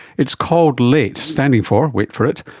it's called late, standing for, wait for it,